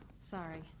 Sorry